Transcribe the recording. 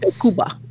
Cuba